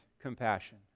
compassion